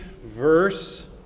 verse